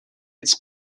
its